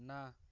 ନାଁ